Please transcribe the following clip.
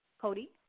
Cody